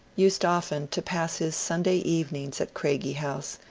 used often to pass his sunday evenings at craigie house,